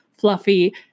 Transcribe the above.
fluffy